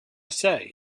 say